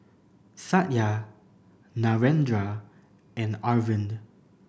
Satya Narendra and Arvind